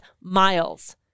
MILES